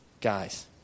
guys